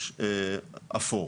יש אפור,